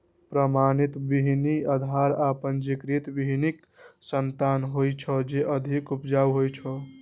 प्रमाणित बीहनि आधार आ पंजीकृत बीहनिक संतान होइ छै, जे अधिक उपजाऊ होइ छै